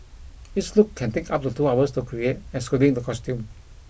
each look can take up to two hours to create excluding the costume